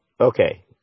Okay